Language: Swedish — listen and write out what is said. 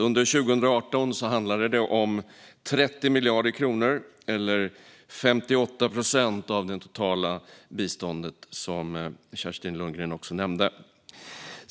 Under 2018 handlade det om 30 miljarder kronor eller 58 procent av det totala biståndet, vilket Kerstin Lundgren också nämnde.